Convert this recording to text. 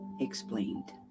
explained